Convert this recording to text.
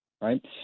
Right